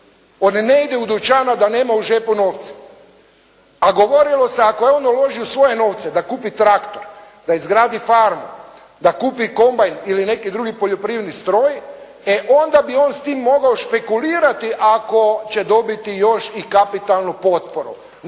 da ne ide u dućan, a da nema u džepu novca, a govorilo se ako je on uložio svoje novce da kupi traktor, da izgradi farmu, da kupi kombajn ili neki drugi poljoprivredni stroj, e onda bi on s tim mogao špekulirati, ako će dobiti još i kapitalnu potporu,